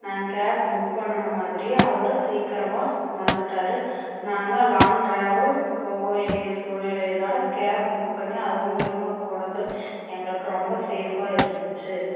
நாங்கள் cab book பண்ணுன மாதிரியே அவரும் சீக்கிரமாக வந்துட்டார் நாங்கள் லாங் ட்ராவல் போக வேண்டிய சூழ்நிலையினால் கேப் புக் பண்ணி அதன் மூலிமா போனது எங்களுக்கு ரொம்ப சேஃபாக இருந்துச்சு